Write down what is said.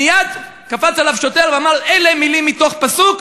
מייד קפץ עליו שוטר ואמר: אלה מילים מתוך פסוק,